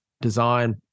design